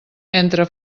entre